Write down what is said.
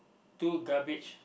two garbage